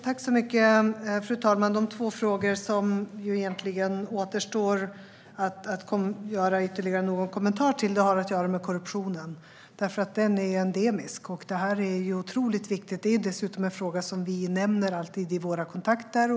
Fru talman! En av de två frågor som återstår att göra ytterligare någon kommentar till har att göra med korruptionen, därför att den är endemisk. Det är en otroligt viktig fråga som vi dessutom alltid nämner i våra kontakter.